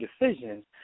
decisions